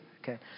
Okay